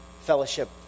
fellowship